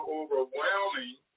overwhelming